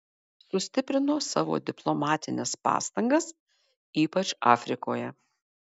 sustiprino savo diplomatines pastangas ypač afrikoje